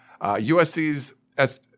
USC's